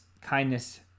kindness